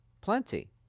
plenty